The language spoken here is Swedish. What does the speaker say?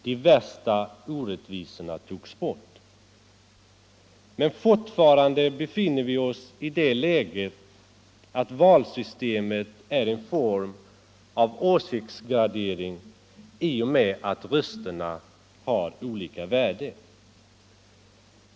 De värsta orättvisorna togs bort. Men fortfarande befinner vi oss i det läget att valsystemet är en form av åsiktsgradering i och med att rösterna har olika värde.